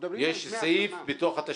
יש סעיף בתוך התשלום,